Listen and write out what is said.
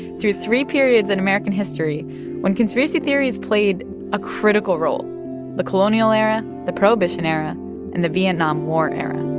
through three periods in american history when conspiracy theories played a critical role the colonial era, the prohibition era and the vietnam war era